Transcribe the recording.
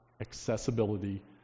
accessibility